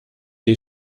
dei